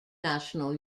national